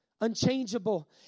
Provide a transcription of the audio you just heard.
unchangeable